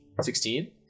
sixteen